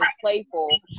playful